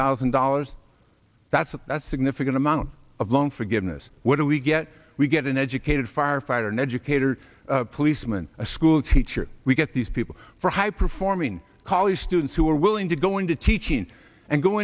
thousand dollars that's a significant amount of loan forgiveness what do we get we get an educated firefighter an educator policeman a school teacher we get these people for high performing college students who are willing to go into teaching and go